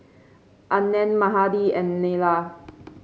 Anand Mahade and Neila